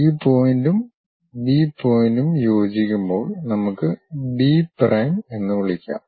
ഈ പോയിന്റും ബി പോയിന്റും യോജിക്കുമ്പോൾ നമുക്ക് ബി പ്രൈം എന്ന് വിളിക്കാം